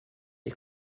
est